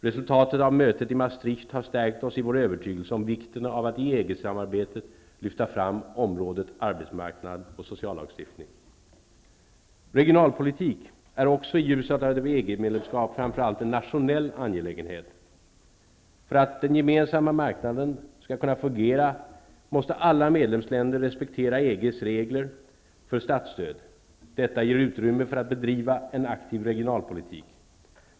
Resultatet av mötet i Maastricht har stärkt oss i vår övertygelse om vikten av att i EG-samarbetet lyfta fram området arbetsmarknad och sociallagstiftning. -- Regionalpolitik är också i ljuset av ett EG medlemskap framför allt en nationell angelägenhet. För att den gemensamma marknaden skall fungera måste alla medlemsländer respektera EG:s regler för statsstöd. Dessa ger utrymme för att bedriva en aktiv regionalpolitik.